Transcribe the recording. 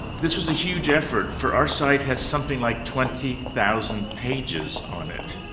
this was a huge effort, for our site has something like twenty thousand pages on it.